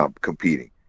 competing